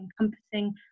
encompassing